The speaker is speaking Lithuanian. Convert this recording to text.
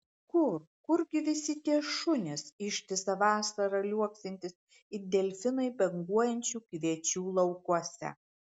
kur kurgi visi tie šunys ištisą vasarą liuoksintys it delfinai banguojančių kviečių laukuose